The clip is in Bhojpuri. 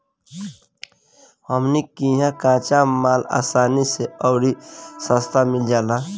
हमनी किहा कच्चा माल असानी से अउरी सस्ता मिल जाला